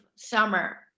summer